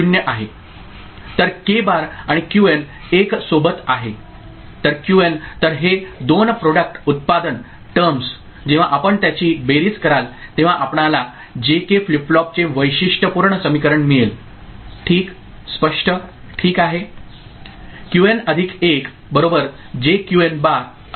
तर K bar आणि Q N 1 सोबत आहे तर क्यूएन तर हे दोन प्रॉडक्ट उत्पादन टरम्स जेव्हा आपण त्याची बेरीज कराल तेव्हा आपणला जे के फ्लिप फ्लॉपचे वैशिष्ट्यपूर्ण समीकरण मिळेल ठीक स्पष्ट ठीक आहे